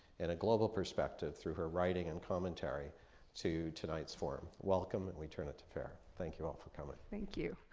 and a global perspective through her writing and commentary to tonight's forum. welcome. we turn it to farah. thank you all for coming. thank you.